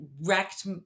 wrecked